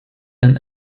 and